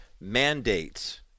mandates